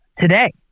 today